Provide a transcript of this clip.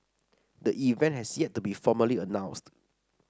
the event has yet to be formally announced